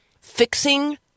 fixing